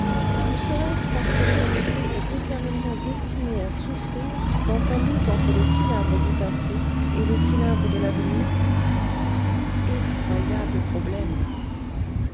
ou serait-ce parce que l'humanité est éternellement destinée à souffrir dans sa lutte entre le cylindre du passé et le cylindre de l'avenir effroyable problème